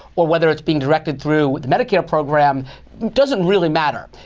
or whether it's being directed through the medicare program doesn't really matter.